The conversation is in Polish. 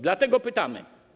Dlatego pytamy.